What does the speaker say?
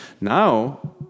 Now